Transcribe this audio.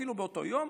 אפילו באותו יום,